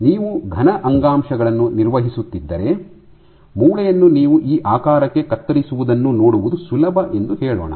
ನೀವು ಘನ ಅಂಗಾಂಶಗಳನ್ನು ನಿರ್ವಹಿಸುತ್ತಿದ್ದರೆ ಮೂಳೆಯನ್ನು ನೀವು ಈ ಆಕಾರಕ್ಕೆ ಕತ್ತರಿಸುವುದನ್ನು ನೋಡುವುದು ಸುಲಭ ಎಂದು ಹೇಳೋಣ